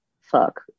fuck